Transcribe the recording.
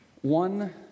one